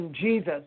Jesus